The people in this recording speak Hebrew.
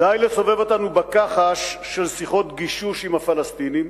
די לסובב אותנו בכחש של שיחות גישוש עם הפלסטינים,